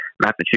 Massachusetts